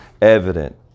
evident